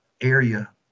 area